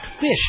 fish